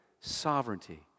sovereignty